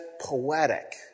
poetic